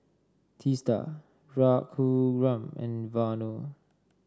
Teesta Raghuram and Vanu